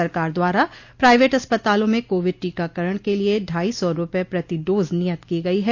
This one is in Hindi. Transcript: सरकार द्वारा प्राइवेट अस्पतालों में कोविड टीकाकरण के लिये ढाई सौ रूपये प्रति डोज नियत की गई है